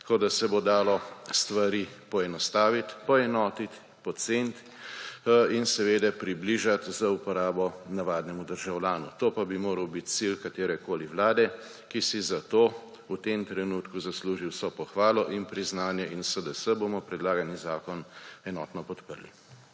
tako, da se bo dalo stvari poenostaviti, poenotiti, poceniti in seveda približati za uporabo navadnemu državljanu. To pa bi moral biti cilj katerekoli vlade, ki si za to v tem trenutku zasluži vso pohvalo in priznanje. In SDS bomo predlagani zakon enotno podprli.